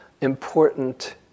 important